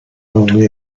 only